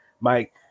Mike